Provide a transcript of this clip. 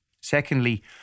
Secondly